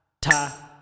ta